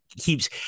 keeps